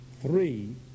Three